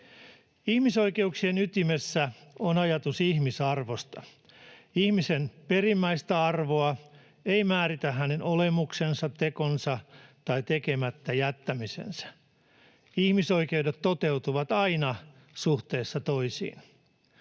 Ihmisoikeuksien ytimessä on ajatus ihmisarvosta. Ihmisen perimmäistä arvoa ei määritä hänen olemuksensa, tekonsa tai tekemättä jättämisensä. Ihmisoikeudet toteutuvat aina suhteessa toisiin.